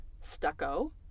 stucco